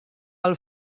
għal